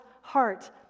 heart